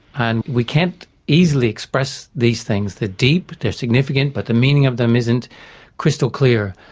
and we can't easily express these things. they're deep, they're significant, but the meaning of them isn't crystal clear,